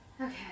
Okay